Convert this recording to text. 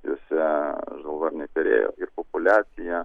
juose žalvarniai perėjo ir populiacija